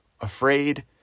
afraid